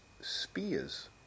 Spears